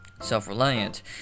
self-reliant